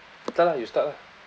start lah you start lah